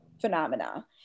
phenomena